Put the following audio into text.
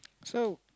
so